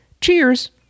Cheers